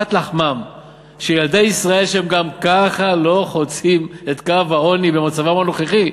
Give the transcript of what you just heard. פת לחמם של ילדי ישראל שגם ככה לא חוצים את קו העוני במצבם הנוכחי,